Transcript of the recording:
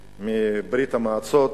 מברית-המועצות,